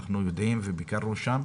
אנחנו יודעים וביקרנו שם,